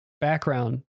background